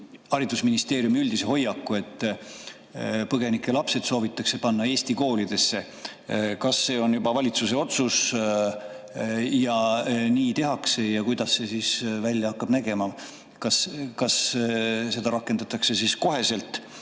haridusministeeriumi üldise hoiaku, et põgenike lapsed soovitakse panna Eesti koolidesse. Kas see on juba valitsuse otsus ja nii tehaksegi? Kuidas see siis välja hakkab nägema? Kas seda rakendatakse kohe?